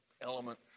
element